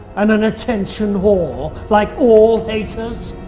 and an attention whore like all haters?